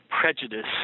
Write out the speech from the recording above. prejudice